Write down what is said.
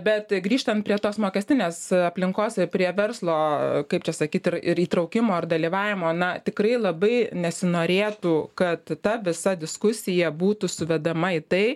bet grįžtant prie tos mokestinės aplinkos ir prie verslo kaip čia sakyt ir ir įtraukimo ir dalyvavimo na tikrai labai nesinorėtų kad ta visa diskusija būtų suvedama į tai